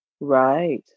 Right